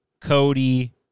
Cody